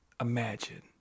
imagine